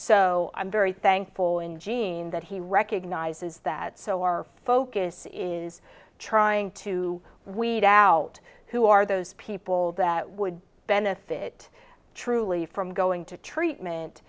so i'm very thankful and jean that he recognizes that so our focus is trying to weed out who are those people that would benefit truly from going to treatment